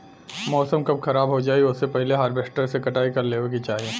मौसम कब खराब हो जाई ओसे पहिले हॉरवेस्टर से कटाई कर लेवे के चाही